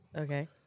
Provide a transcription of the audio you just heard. Okay